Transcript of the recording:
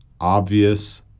obvious